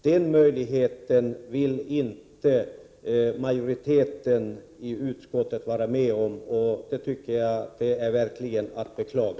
Den möjligheten vill inte majoriteten i utskottet vara med om. Det tycker jag verkligen är att beklaga.